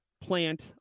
plant